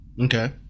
Okay